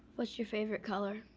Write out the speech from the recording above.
what's your favorite color?